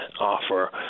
offer